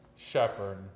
shepherd